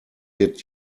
did